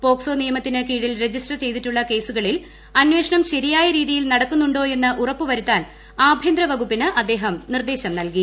POCSO നിയമത്തിന് കീഴിൽ register ചെയ്തിട്ടുള്ള കേസുകളിൽ അന്വേഷണം ശരിയായ രീതിയിൽ നടക്കുന്നുണ്ടോയെന്ന് ഉറപ്പു വരുത്താൻ ആഭൃന്തര വകുപ്പിന് അദ്ദേഹം നിർദ്ദേശം നൽകി